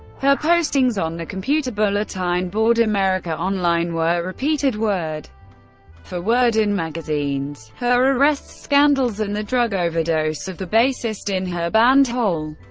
her postings on the computer bulletin board america online were repeated word for word in magazines her arrests, scandals and the drug overdose of the bassist in her band, hole,